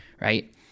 Right